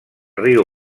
riu